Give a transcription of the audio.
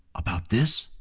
about this?